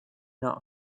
not